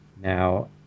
Now